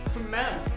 ma'am.